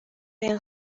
yang